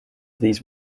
these